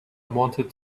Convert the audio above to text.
wanted